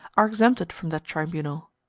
are exempted from that tribunal.